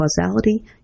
causality